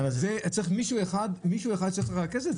מישהו אחד צריך לרכז את זה.